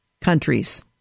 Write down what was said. countries